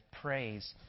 praise